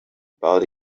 about